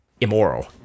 immoral